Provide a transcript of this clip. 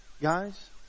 Guys